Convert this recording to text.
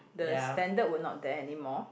the standard will not there anymore